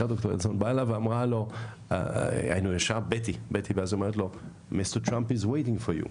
היא באה אליו ואמרה לו: Mr. Trump is waiting for you,